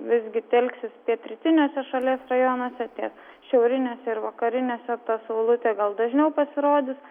visgi telksis pietrytiniuose šalies rajonuose tiek šiauriniuose ir vakariniuose ta saulutė gal dažniau pasirodys